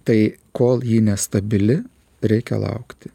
tai kol ji nestabili reikia laukti